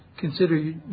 consider